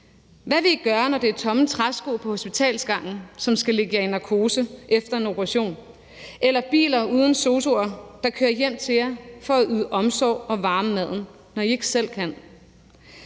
Hvad vil I gøre, når det er tomme træsko på hospitalsgangen, som skal lægge jer i narkose efter en operation, eller når det er biler uden sosu'er, der kører hjem til jer for at yde omsorg og varme maden, når I ikke selv kan?